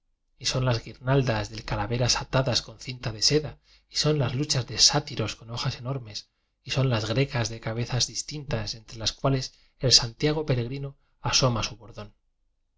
y son las guirnaldas de cala veras atadas con cintas de seda y son las luchas de sátiros con hojas enormes y son as grecas de cabezas distintas entre las cuales el santiago peregrino asoma su bor